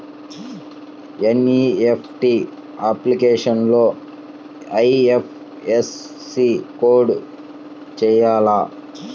NEFT అప్లికేషన్లో IFSC code వేయాలా?